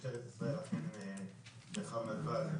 משטרת ישראל יחד עם מרחב נתב"ג,